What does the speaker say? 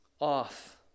off